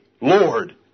Lord